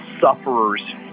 sufferers